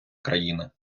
країни